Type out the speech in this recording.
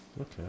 Okay